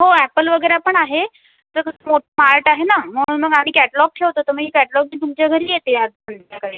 हो अॅपल वगैरे पण आहे तसं फ्रूट मार्ट आहे ना म्हणून मग आम्ही कॅटलॉग ठेवतो तुम्ही कॅटलॉग घेऊन मी तुमच्या घरी येते आज संध्याकाळी